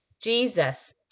Jesus